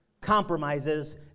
compromises